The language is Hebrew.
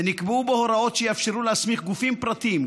ונקבעו בו הוראות שיאפשרו להסמיך גופים פרטיים,